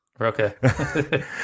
Okay